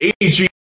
AG